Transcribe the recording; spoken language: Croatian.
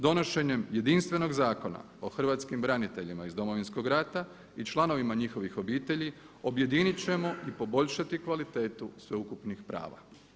Donošenjem jedinstvenog Zakona o hrvatskim braniteljima iz Domovinskog rata i članovima njihovih obitelji objedinit ćemo i poboljšati kvalitetu sveukupnih prava.